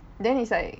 then is like